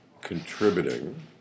contributing